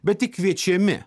bet tik kviečiami